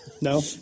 No